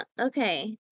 Okay